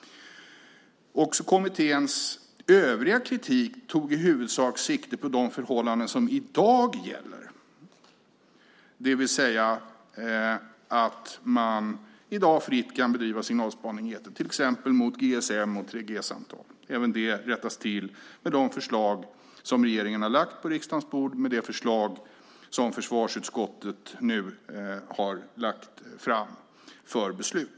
Också kommitténs övriga kritik tog i huvudsak sikte på de förhållanden som i dag gäller, det vill säga att man i dag fritt kan bedriva signalspaning i etern till exempel mot GSM och 3 G-samtal. Även det rättas till med de förslag som regeringen lagt på riksdagens bord och med det förslag som försvarsutskottet nu lagt fram för beslut.